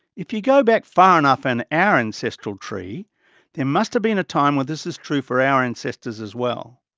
if you go back far enough in our ancestral tree there must have been a time when this was true for our ancestors as well.